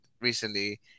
recently